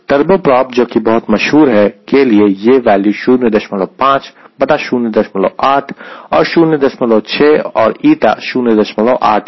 turbo prop जो कि बहुत मशहूर है के लिए यह वैल्यू 05 बटा 08 और 06 और η 08 है